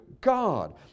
God